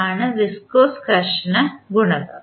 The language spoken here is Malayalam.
ആണ് വിസ്കോസ് ഘർഷണ ഗുണകം